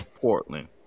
Portland